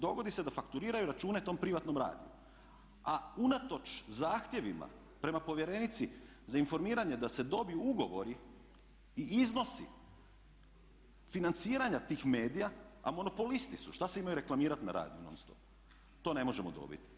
Dogodi se da fakturiraju račune tom privatnom radiju, a unatoč zahtjevima prema povjerenici za informiranje da se dobiju ugovori i iznosi financiranja tih medija, a monopolisti su i što se imaju reklamirati na radiju non-stop, to ne možemo dobiti.